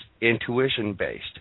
intuition-based